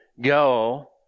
go